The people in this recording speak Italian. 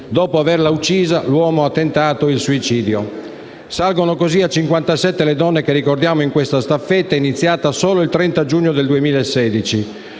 Dopo averla uccisa, l'uomo ha tentato il suicidio. Salgono così a 57 le donne che ricordiamo in questa staffetta, iniziata solo il 30 giugno 2016.